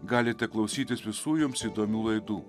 galite klausytis visų jums įdomių laidų